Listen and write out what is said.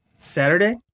Saturday